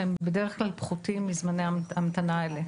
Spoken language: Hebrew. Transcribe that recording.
והם בדרך כלל פחותים מזמני ההמתנה האלה.